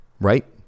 right